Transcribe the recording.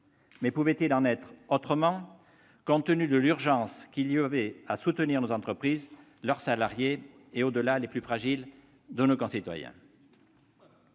mais pouvait-il en être autrement compte tenu de l'urgence qu'il y avait à soutenir nos entreprises, leurs salariés et, au-delà, les plus fragiles de nos concitoyens ?